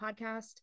Podcast